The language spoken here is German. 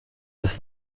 des